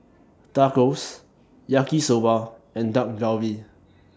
Tacos Yaki Soba and Dak Galbi